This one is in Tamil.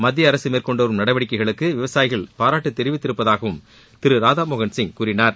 மத்தியஅரசு மேற்கொண்டு வரும் நடவடிக்கைகளுக்கு விவசாயிகள் பாராட்டு தெரிவித்திருப்பதாகவும் திரு ராதாமோகன்சிங் கூறினார்